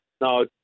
No